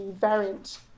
variant